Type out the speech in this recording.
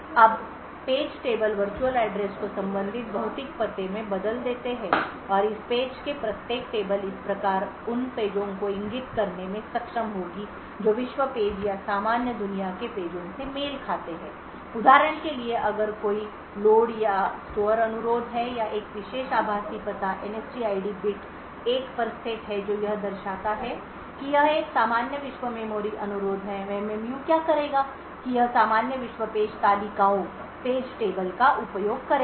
अब page table virtual address को संबंधित भौतिक पते में बदल देते हैं और इस पेज की प्रत्येक टेबल इस प्रकार उन पेजों को इंगित करने में सक्षम होगी जो विश्व पेज या सामान्य दुनिया के पेजों से मेल खाते हैं उदाहरण के लिए अगर कोई लोड या स्टोर अनुरोध है एक विशेष आभासी पता NSTID बिट 1 पर सेट है जो यह दर्शाता है कि यह एक सामान्य विश्व मेमोरी अनुरोध है MMU क्या करेगा कि यह सामान्य विश्व पेज तालिकाओं का उपयोग करेगा